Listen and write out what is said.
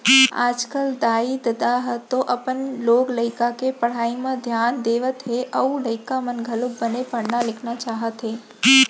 आजकल दाई ददा ह तो अपन लोग लइका के पढ़ई म धियान देवत हे अउ लइका मन घलोक बने पढ़ना लिखना चाहत हे